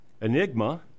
Enigma